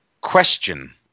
question